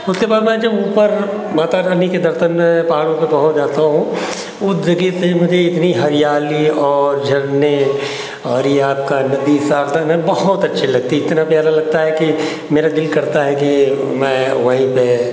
उसके बाद जब मैं ऊपर माता रानी के दर्शन में पहाड़ों में पहुँच जाता हूँ वो जगह कहीं मुझे इतनी हरियाली और झरने और ये आपका नदी साथे में बहुत अच्छी लगती है इतना प्यारा लगता है कि मेरा दिल करता है कि मैं वहीं पे